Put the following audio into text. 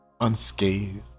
unscathed